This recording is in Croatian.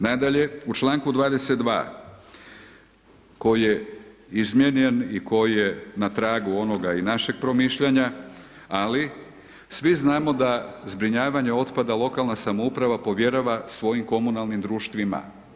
Nadalje u čl. 22 koji je izmijenjen i koji je na tragu onoga i našeg promišljanja, ali svi znamo da zbrinjavanje otpada lokalna samouprava povjerava svojim komunalnim društvima.